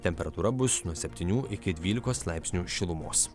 temperatūra bus nuo septunių iki dvylikos laipsnių šilumos